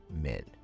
men